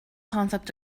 concept